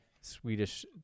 Swedish